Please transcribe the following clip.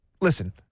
listen